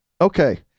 Okay